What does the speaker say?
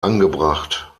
angebracht